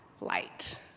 light